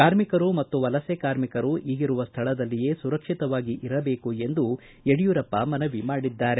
ಕಾರ್ಮಿಕರು ಮತ್ತು ವಲಸೆ ಕಾರ್ಮಿಕರು ಈಗಿರುವ ಸ್ಥಳದಲ್ಲಿಯೇ ಸುರಕ್ಷಿತವಾಗಿ ಇರಬೇಕು ಎಂದು ಯಡಿಯೂರಪ್ಪ ಮನವಿ ಮಾಡಿದ್ದಾರೆ